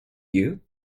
you